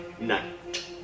night